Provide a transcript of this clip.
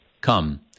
Come